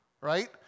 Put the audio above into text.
right